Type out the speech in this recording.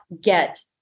get